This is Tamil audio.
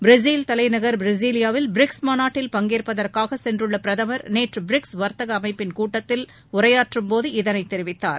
பிரேசில் தலைநகர் பிரேசிலியாவில் பிரிக்ஸ் மாநாட்டில் பங்கேற்பதற்காக சென்றுள்ள பிரதமர் நேற்று பிரிக்ஸ் வர்த்தக அமைப்பிள் கூட்டத்தில் உரையாற்றும்போது இதனைத் தெரிவித்தார்